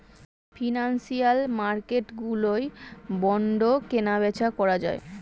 financial মার্কেটগুলোয় bond কেনাবেচা করা যায়